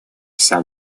все